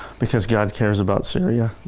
because god cares about syria.